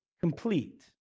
complete